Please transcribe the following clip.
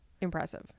impressive